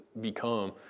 become